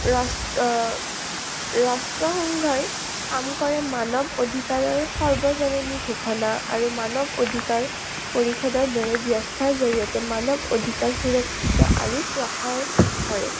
ৰাষ্ট্ৰ ৰাষ্ট্ৰসংঘই কাম কৰে মানৱ অধিকাৰৰ সৰ্বজননী ঘোষণা আৰু মানৱ অধিকাৰ পৰিষদৰ দৰে ব্যস্তাৰ জৰিয়তে মানৱ অধিকাৰ সুৰক্ষিত আৰু প্ৰসাৰ কৰে